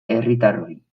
herritarroi